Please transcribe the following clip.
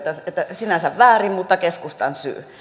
sinänsä väärin mutta keskustan